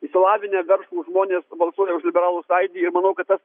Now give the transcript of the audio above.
išsilavinę verslūs žmonės balsuoja už liberalų sąjūdį ir manau kad tas